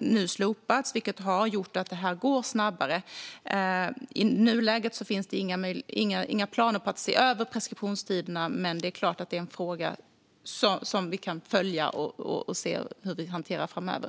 nu slopats, vilket har gjort att detta går snabbare. I nuläget finns det inga planer på att se över preskriptionstiderna, men det är klart att det är en fråga vi kan följa och se hur vi ska hantera framöver.